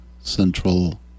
Central